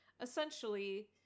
essentially